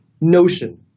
notion